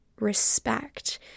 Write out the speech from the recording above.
respect